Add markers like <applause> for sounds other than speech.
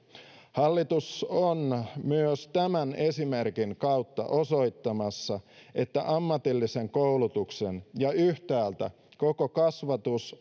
hallitus on myös tämän esimerkin kautta osoittamassa että ammatillisen koulutuksen ja yhtäältä koko kasvatus <unintelligible>